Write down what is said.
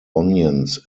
onions